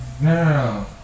No